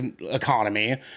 economy